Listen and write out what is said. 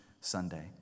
Sunday